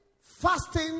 fasting